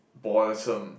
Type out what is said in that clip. bothersome